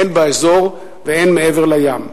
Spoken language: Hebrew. הן באזור והן מעבר לים.